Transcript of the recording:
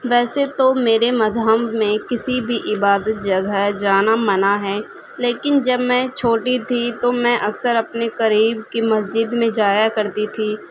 ویسے تو میرے مذہب میں کسی بھی عبادت جگہ جانا منع ہے لیکن جب میں چھوٹی تھی تو میں اکثر اپنے قریب کی مسجد میں جایا کرتی تھی